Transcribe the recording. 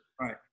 Right